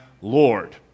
Lord